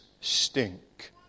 stink